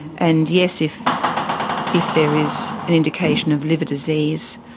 and yes, if if there is an indication of liver disease